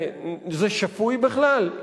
זה שפוי בכלל?